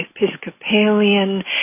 Episcopalian